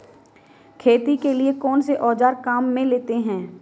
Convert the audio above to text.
खेती के लिए कौनसे औज़ार काम में लेते हैं?